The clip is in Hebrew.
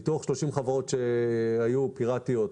מתוך 30 חברות שהיו פיראטיות,